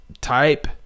type